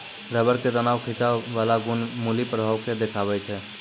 rubber के तनाव खिंचाव बाला गुण मुलीं प्रभाव के देखाबै छै